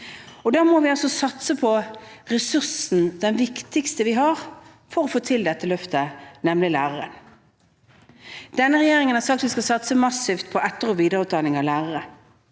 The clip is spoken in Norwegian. og da må vi satse på den viktigste ressursen vi har for å få til dette løftet, nemlig læreren. Denne regjeringen har sagt at vi skal satse massivt på etter- og videreutdanning av lærere.